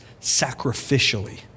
sacrificially